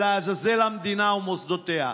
ולעזאזל המדינה ומוסדותיה.